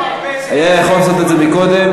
היה יכול לעשות את זה קודם.